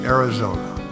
Arizona